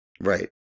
Right